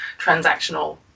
transactional